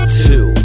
two